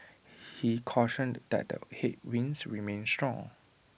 he cautioned that the headwinds remain strong